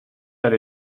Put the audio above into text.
that